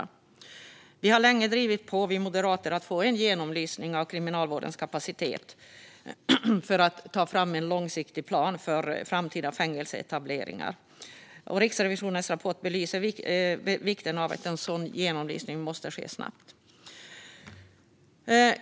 Vi moderater har länge drivit på för en genomlysning av Kriminalvårdens kapacitet för att ta fram en långsiktig plan för framtida fängelseetableringar. Riksrevisionens rapport belyser vikten av att en sådan genomlysning måste ske snabbt.